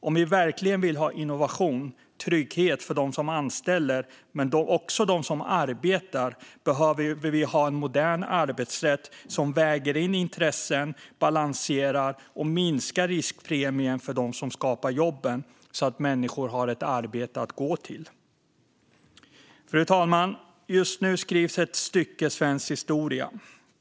Om vi verkligen vill ha innovation och trygghet för dem som anställer men också för dem som arbetar behöver vi ha en modern arbetsrätt som väger in intressen, balanserar och minskar riskpremien för dem som skapar jobben så att människor har ett arbete att gå till. Fru talman! Just nu skrivs ett stycke svensk historia.